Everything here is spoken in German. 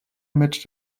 mit